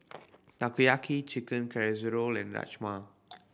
Takoyaki Chicken Casserole and Rajma